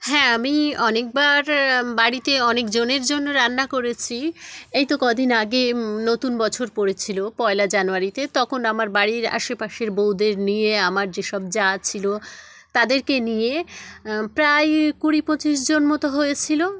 হ্যাঁ আমি অনেকবার বাড়িতে অনেকজনের জন্য রান্না করেছি এই তো ক দিন আগে নতুন বছর পড়েছিলো পয়লা জানুয়ারিতে তকন আমার বাড়ির আশেপাশের বউদের নিয়ে আমার যেসব যা ছিলো তাদেরকে নিয়ে প্রায় কুড়ি পঁচিশজন মতো হয়েছিলো